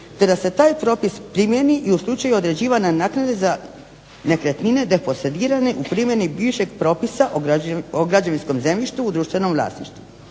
te da se taj propis primijeni i u slučaju određivanja naknade za nekretnina …/Govornica se ne razumije./… u primjeni bivšeg propisa o građevinskom zemljištu u društvenom vlasništvu.